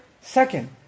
second